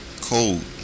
Cold